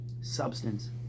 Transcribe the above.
Substance